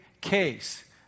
case